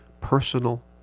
personal